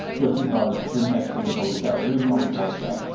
just because the next thing is always better, it isn't always like that.